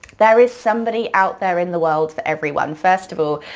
there is somebody out there in the world for everyone. first of all,